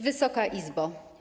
Wysoka Izbo!